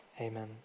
Amen